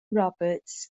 roberts